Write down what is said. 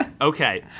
Okay